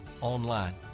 online